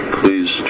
please